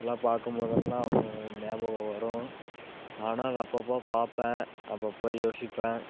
எல்லாம் பார்க்கும்போதெல்லாம் அவங்க ஞாபகம் வரும் நானும் அதை அப்பப்போ பார்ப்பேன் அப்பப்போ யோசிப்பேன்